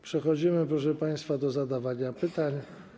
Przechodzimy, proszę państwa, do zadawania pytań.